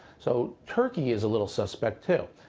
so turkey is a little suspect, too.